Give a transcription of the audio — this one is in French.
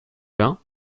vin